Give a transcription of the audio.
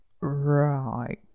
Right